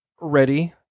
ready